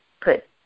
put